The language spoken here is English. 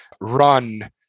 run